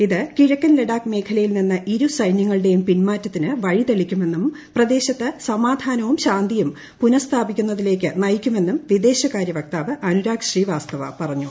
ഇത് കിഴക്കൻ ലഡാക്ക് മേഖലയിൽ നിന്ന് ഇരു സൈന്യങ്ങളുടെയും പിന്മാറ്റത്തിന് വഴി തെളിയിക്കുമെന്നും പ്രദേശത്ത് സമാധാനവും ശാന്തിയും പുനസ്ഥാപിക്കുന്നതിലേക്ക് നയിക്കുമെന്നും വിദേശകാരൃ വക്താവ് അനൂരാഗ് ശ്രീവാസ്തവ പറഞ്ഞു